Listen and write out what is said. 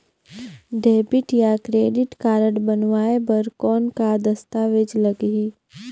Debit या credit card बनवाय बर कौन का दस्तावेज लगही?